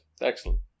Excellent